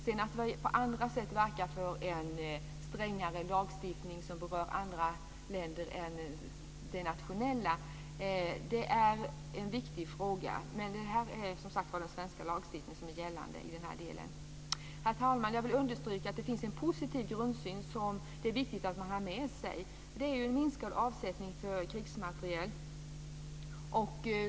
Sedan kan man på andra sätt verka för en strängare lagstiftning som berör andra länder än det egna. Det är en viktig fråga. Men i den här delen är det den svenska lagstiftningen som är gällande. Herr talman! Jag vill understryka att det finns en positiv grundsyn som det är viktigt att man har med sig - en minskad avsättning för krigsmateriel.